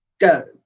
go